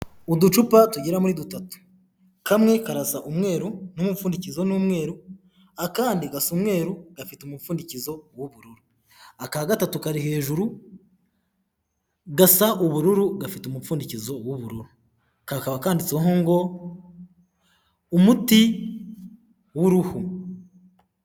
Uducupa tugera muri dutatu, kamwe karasa umweru n'umupfundikizo n'umweru, akandi gasa umweru gafite umupfundikizo w'ubururu, aka gatatu kari hejuru gasa ubururu gafite umupfundikizo w'ubururu, kakaba kanditseho ngo umuti w'uruhu.